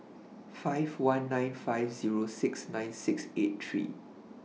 five one nine five Zero six nine six eight three